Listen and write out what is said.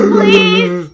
please